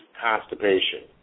constipation